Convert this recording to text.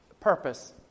purpose